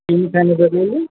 କି ମିଠା ନେବେ କହିଲେ